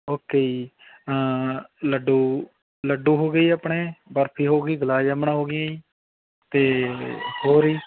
okay ਜੀ ਲੱਡੂ ਲੱਡੂ ਹੋ ਗਏ ਜੀ ਆਪਣੇ ਬਰਫੀ ਹੋ ਗਈ ਗੁਲਾਬ ਜਾਮਣਾ ਹੋ ਗਈਆਂ ਜੀ ਅਤੇ ਹੋਰ ਜੀ